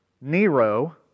Nero